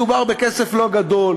מדובר בכסף לא גדול.